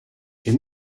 jen